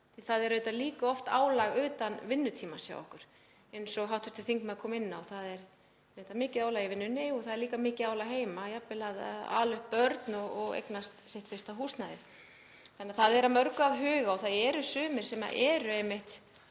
það er auðvitað líka oft álag utan vinnutímans hjá okkur eins og hv. þingmaður kom inn á. Það er mikið álag í vinnunni og það er líka mikið álag heima, fólk er jafnvel að ala upp börn og eignast sitt fyrsta húsnæði þannig að það er að mörgu að huga. Sumir eru einmitt